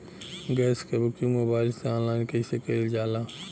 Gas क booking mobile से online कईसे कईल जाला?